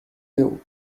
you